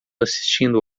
assistindo